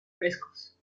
frescos